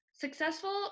successful